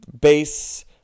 base